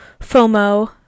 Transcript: FOMO